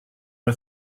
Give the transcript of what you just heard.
are